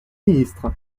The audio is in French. ministre